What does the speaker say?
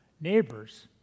neighbors